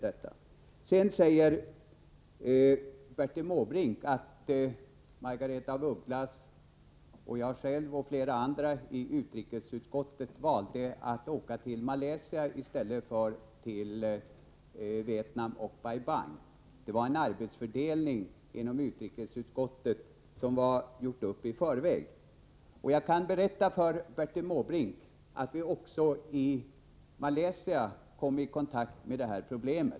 Sedan säger Bertil Måbrink att Margaretha af Ugglas, jag själv och flera andra i utrikesutskottet valde att åka till Malaysia i stället för till Vietnam och Bai Bang. Detta berodde på en arbetsfördelning inom utrikesutskottet som var uppgjord i förväg. Jag kan berätta för Bertil Måbrink att vi också i Malaysia kom i kontakt med detta problem.